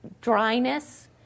dryness